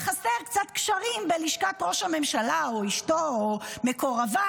היו חסרים קצת קשרים בלשכת ראש הממשלה או אשתו או מקורביו,